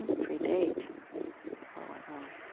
and predates what went wrong